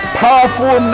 powerful